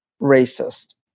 racist